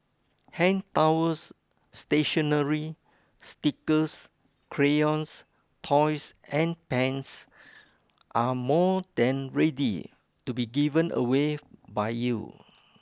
hand towels stationery stickers crayons toys and pens are more than ready to be given away by you